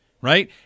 right